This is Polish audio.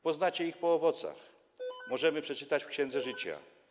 Poznacie ich po owocach... - możemy przeczytać w Księdze Życia.